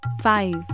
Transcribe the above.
five